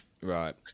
Right